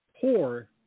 poor